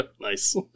Nice